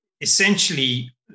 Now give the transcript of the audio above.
essentially